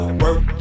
work